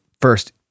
first